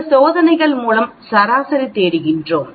இந்த சோதனைகள் மூலம் சராசரி தேடுகிறோம்